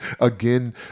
again